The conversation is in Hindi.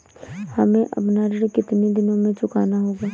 हमें अपना ऋण कितनी दिनों में चुकाना होगा?